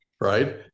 right